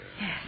Yes